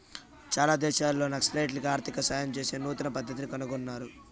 చాలా దేశాల్లో నక్సలైట్లకి ఆర్థిక సాయం చేసే నూతన పద్దతిని కనుగొన్నారు